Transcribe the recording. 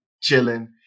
chilling